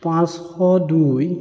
পাঁচশ দুই